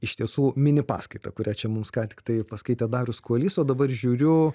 iš tiesų mini paskaitą kurią čia mums ką tiktai paskaitė darius kuolys o dabar žiūriu